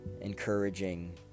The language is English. encouraging